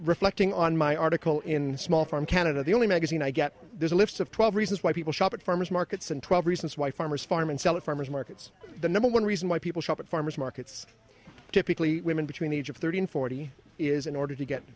reflecting on my article in small farm canada the only magazine i get there's a list of twelve reasons why people shop at farmers markets and twelve reasons why farmers farm and selling farmers markets the number one reason why people shop at farmers markets typically women between the age of thirty and forty is in order to get